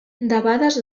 debades